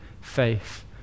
faith